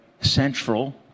central